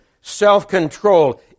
self-control